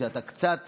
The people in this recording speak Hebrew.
כשאתה קצת